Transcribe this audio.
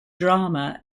drama